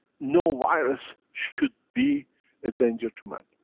no virus should be a danger to man,